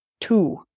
two